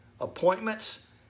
appointments